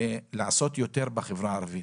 לעשות יותר בחברה הערבית.